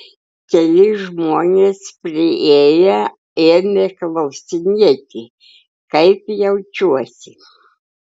keli žmonės priėję ėmė klausinėti kaip jaučiuosi